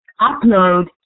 upload